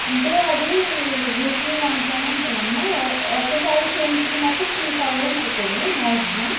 అంటే అది weekly once అని ఉంటుంది అమ్మ ఒక్కసారి చేయించుకున్నప్పుడు త్రీ థౌసండ్ అవుతుంది మ్యాగ్జిమం